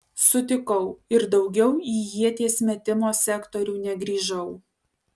sutikau ir daugiau į ieties metimo sektorių negrįžau